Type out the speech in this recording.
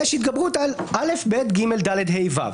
היא אומרת שיש התגברות על א', ב', ג', ד', ה', ו'.